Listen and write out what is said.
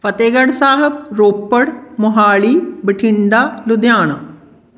Fatehgarh Sahib Ropar Mohali Bathinda Ludhiana